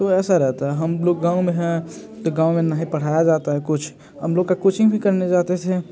तो ऐसा रहता है हम लोग गाँव में हैं तो गाँव में ना ही पढ़ाया जाता है कुछ हम लोग का कोचिंग भी करने जाते थे